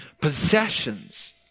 possessions